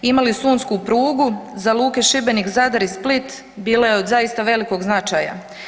Imali su unsku prugu za luke Šibenik, Zadar i Split, bilo je zaista od velikog značaja.